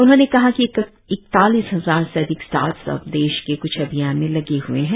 उन्होंने कहा कि इक्तालीस हजार से अधिक स्टार्टअप्स देश के क्छ अभियान में लगे हए हैं